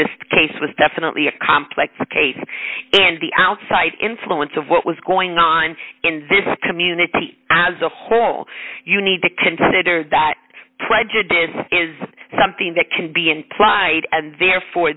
this case was definitely a complex case and the outside influence of what was going on in this community as a whole you need to consider that prejudice is something that can be implied and therefore